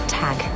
tag